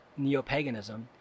Neopaganism